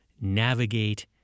navigate